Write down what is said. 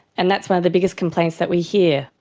and that's one of the biggest complaints that we hear.